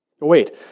Wait